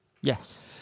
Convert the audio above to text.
Yes